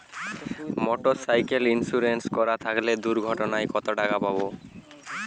Motorcycle insurance করা থাকলে দুঃঘটনায় কতটাকা পাব?